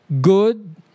good